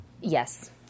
Yes